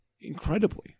incredibly